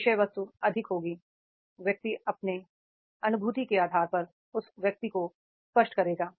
विषय वस्तु अधिक होगी व्यक्ति अपनी अनुभूति के आधार पर उस व्यक्ति को स्पष्ट करेगा